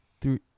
three